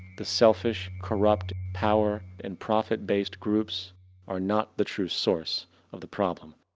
the selfish, corrupt power and profit based groups are not the true source of the problem.